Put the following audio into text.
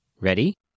Ready